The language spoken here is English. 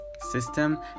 system